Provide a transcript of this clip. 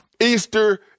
Easter